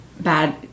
bad